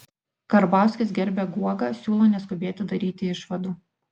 karbauskis gerbia guogą siūlo neskubėti daryti išvadų